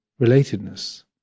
relatedness